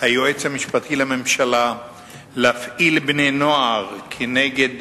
היועץ המשפטי לממשלה להפעיל בני-נוער כנגד